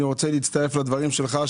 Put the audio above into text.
אני רוצה להצטרף לדבריך שלך,